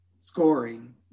scoring